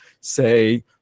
say